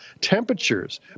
temperatures